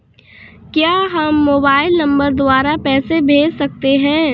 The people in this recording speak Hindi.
क्या हम मोबाइल नंबर द्वारा पैसे भेज सकते हैं?